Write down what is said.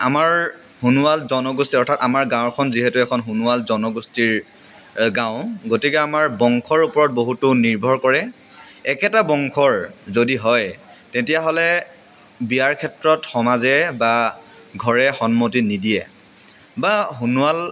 আমাৰ সোণোৱাল জনগোষ্ঠী অৰ্থাৎ আমাৰ গাঁওখন যিহেতু এখন সোণোৱাল জনগোষ্ঠীৰ গাঁও গতিকে আমাৰ বংশৰ ওপৰত বহুতো নিৰ্ভৰ কৰে একেটা বংশৰ যদি হয় তেতিয়াহ'লে বিয়াৰ ক্ষেত্ৰত সমাজে বা ঘৰে সন্মতি নিদিয়ে বা সোণোৱাল